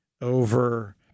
over